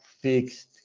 fixed